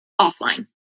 offline